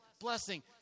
blessing